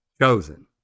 chosen